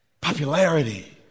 popularity